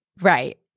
Right